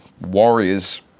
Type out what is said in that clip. Warriors